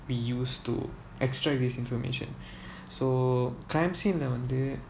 we used to extract this information so crime scene வந்து:vanthu